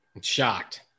Shocked